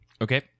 okay